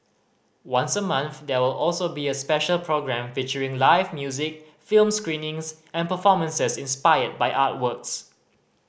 once a month there will also be a special programme featuring live music film screenings and performances inspired by artworks